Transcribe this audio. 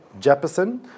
Jeppesen